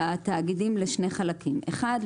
התאגידים לשני חלקים אחד,